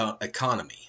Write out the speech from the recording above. economy